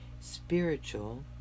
spiritual